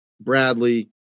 Bradley